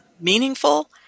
meaningful